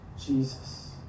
Jesus